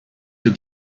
you